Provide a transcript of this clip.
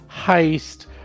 heist